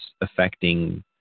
affecting